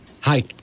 Hi